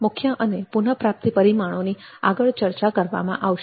મુખ્ય અને પુનઃપ્રાપ્તિ પરિમાણોની ચર્ચા આગળ કરવામાં આવશે